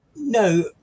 No